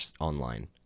online